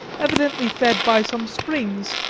evidently fed by some springs,